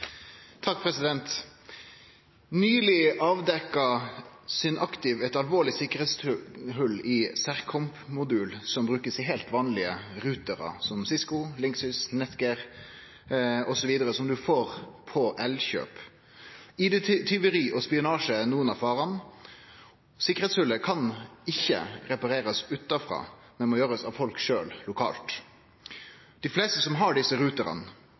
et alvorlig sikkerhetshull i en Sercomm-modul som brukes i helt vanlige routere som Cisco, Linksys, Netgear osv. som du får på Elkjøp. ID-tyveri og spionasje er noen av farene. Hullet kan ikke repareres «utenfra», men må gjøres av folk selv. De fleste som har disse